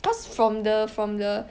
cause from the from the